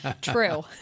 True